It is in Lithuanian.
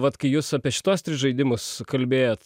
vat kai jūs apie šituos tris žaidimus kalbėjot